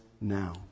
now